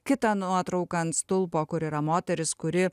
kitą nuotrauką ant stulpo kur yra moteris kuri